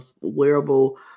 wearable